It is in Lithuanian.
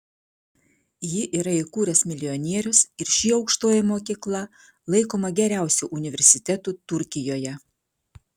jį yra įkūręs milijonierius ir ši aukštoji mokykla laikoma geriausiu universitetu turkijoje